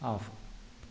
off